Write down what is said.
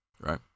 right